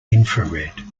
infrared